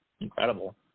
incredible